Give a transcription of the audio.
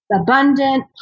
abundant